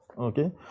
okay